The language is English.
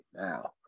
now